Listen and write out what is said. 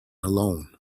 alone